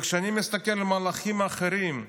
כשאני מסתכל על מהלכים אחרים,